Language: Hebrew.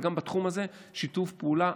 אבל גם בתחום הזה שיתוף פעולה.